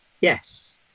yes